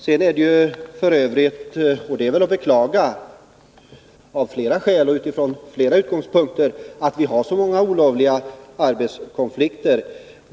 F. ö. har vi — och det är väl att beklaga av flera skäl och utifrån flera utgångspunkter — många olagliga arbetskonflikter.